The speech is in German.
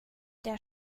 der